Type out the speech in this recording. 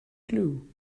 glue